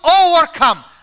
overcome